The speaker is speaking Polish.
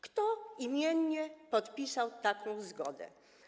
Kto imiennie podpisał taką zgodę?